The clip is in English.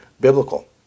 biblical